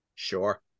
Sure